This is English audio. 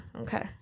Okay